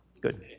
good